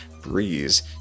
Breeze